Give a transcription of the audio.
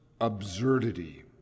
absurdity